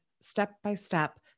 step-by-step